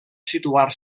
situar